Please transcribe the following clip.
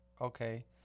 okay